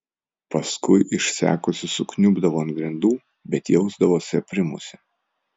paskui išsekusi sukniubdavo ant grindų bet jausdavosi aprimusi